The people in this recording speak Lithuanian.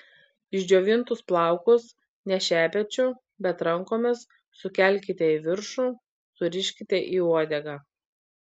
išdžiovintus plaukus ne šepečiu bet rankomis sukelkite į viršų suriškite į uodegą